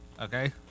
Okay